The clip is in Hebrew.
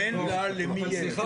אם אין לה למי יש?